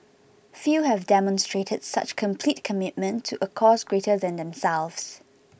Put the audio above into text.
few have demonstrated such complete commitment to a cause greater than themselves